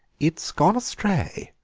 it's gone astray,